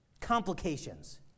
Complications